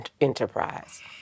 enterprise